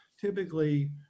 typically